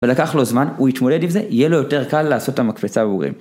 ולקח לו זמן, הוא יתמודד עם זה, יהיה לו יותר קל לעשות את המקפצה עבורנו.